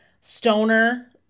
stoner